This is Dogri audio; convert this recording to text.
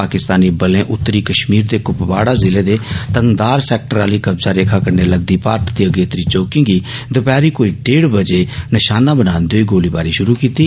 पाकिस्तानी बलें उत्तरी कश्मीर दे कुपवाड़ा जिले दे तंगधार सैक्टर आली कब्जा रेखा कन्नै लगदी भारत दी अगेत्री चौकिए गी दपैहरी कोई डेढ़ बजे निशाना बनान्दे होई गोलीबारी शुरू करी दित्ती